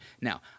Now